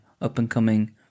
up-and-coming